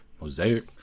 Mosaic